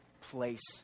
place